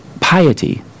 piety